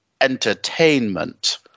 entertainment